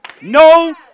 No